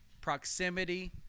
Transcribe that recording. proximity